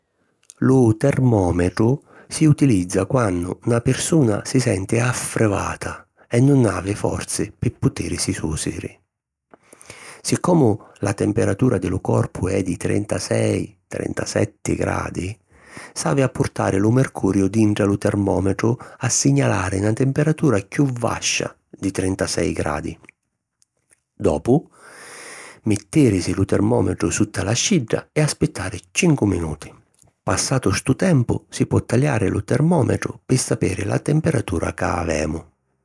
Lu termòmetru si utilizza quannu na pirsuna si senti affrivata e nun havi forzi pi putìrisi sùsiri. Siccomu la temperatura di lu corpu è di trentasei - trentasetti gradi, s'havi a purtari lu mercuriu dintra lu termòmetru a signalari na temperatura chiù vascia di trentasei gradi. Dopu, mittìrisi lu termòmetru sutta la scidda e aspittari cincu minuti. Passatu stu tempu si po taliari lu termòmetru pi sapiri la temperatura ca avemu.